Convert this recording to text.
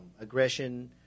aggression